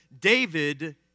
David